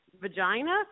vagina